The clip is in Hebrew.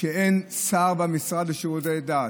כשאין שר במשרד לשירותי דת.